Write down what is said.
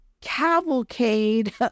cavalcade